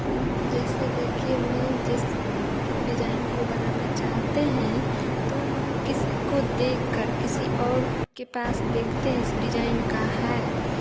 कि जैसे देखिए मैं जिस डिजाइन को बनाना चाहते हैं तो हम किसी को देख कर किसी और के पास देखते हैं उस डिजाइन का है